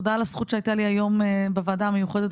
תודה על הזכות שהייתה לי היום בוועדה המיוחדת